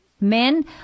Men